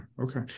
Okay